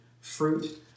fruit